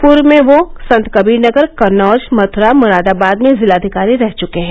पूर्व में वह संतकबीर नगर कन्नौज मथुरा मुरादाबाद में जिलाधिकारी रह चुके हैं